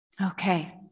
Okay